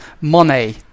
Monet